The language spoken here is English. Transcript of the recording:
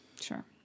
Sure